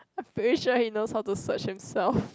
I'm pretty sure he knows how to search himself